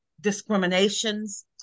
discriminations